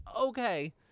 okay